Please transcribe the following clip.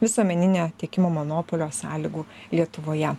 visuomeninio tiekimo monopolio sąlygų lietuvoje